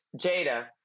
Jada